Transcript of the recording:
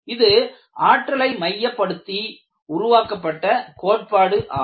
இது ஆற்றலை மையப்படுத்தி உருவாக்கப்பட்ட கோட்பாடு ஆகும்